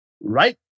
Right